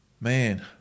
Man